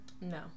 no